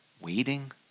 waiting